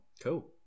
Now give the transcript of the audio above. cool